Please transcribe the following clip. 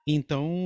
Então